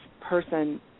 person